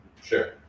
sure